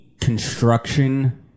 construction